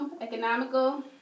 economical